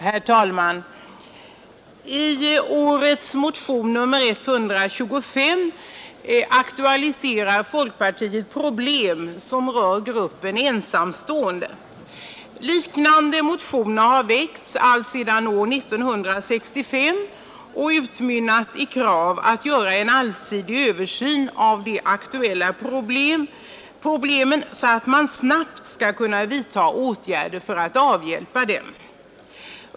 Herr talman! I årets motion nr 125 aktualiserar folkpartiet problem som rör gruppen ensamstående. Liknande motioner har väckts alltsedan år 1965, och de har utmynnat i krav på en allsidig översyn av de aktuella problemen, så att man snabbt skall kunna vidta åtgärder för att avhjälpa dem.